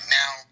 now